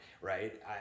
right